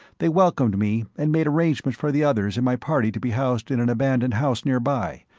they welcomed me, and made arrangements for the others in my party to be housed in an abandoned house nearby.